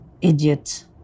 idiot